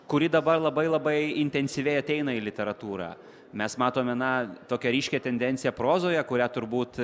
kuri dabar labai labai intensyviai ateina į literatūrą mes matome na tokią ryškią tendenciją prozoje kurią turbūt